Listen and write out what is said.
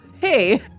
hey